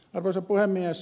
arvoisa puhemies